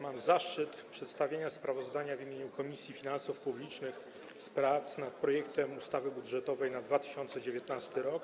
Mam zaszczyt przedstawić sprawozdanie w imieniu Komisji Finansów Publicznych z prac nad projektem ustawy budżetowej na 2019 r.,